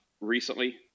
recently